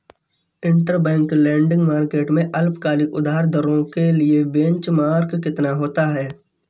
Interbank lending market में अल्पकालिक उधार दरों के लिए बेंचमार्क कितना होता है?